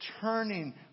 turning